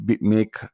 Make